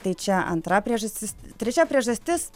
tai čia antra priežastis trečia priežastis